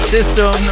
System